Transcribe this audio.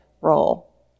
role